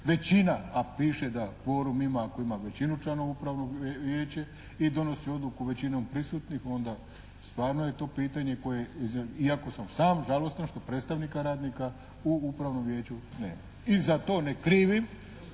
većina, a piše da kvorum ima ako ima većinu članova upravno vijeće i donosi odluku većinom prisutnih onda stvarno je to pitanje koje iako sam žalostan što predstavnika radnika u upravnom vijeću nema i za to ne krivim